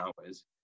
hours